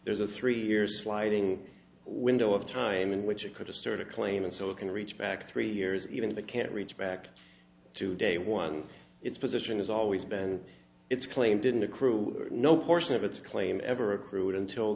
there's a three year sliding window of time in which you could assert a claim and so it can reach back three years even if the can't reach back to day one its position has always been its claim didn't accrued no portion of its claim ever accrued until